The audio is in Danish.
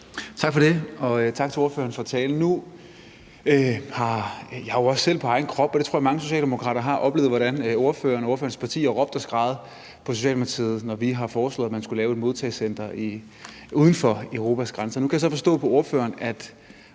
Tak for det, og tak til ordføreren for talen. Nu har jeg jo også selv på egen krop oplevet – og det tror jeg at mange socialdemokrater har – hvordan ordføreren og ordførerens parti har råbt og skreget ad Socialdemokratiet, når vi har foreslået, at man skulle lave et modtagecenter uden for Europas grænser. Nu kan jeg så forstå på ordføreren, at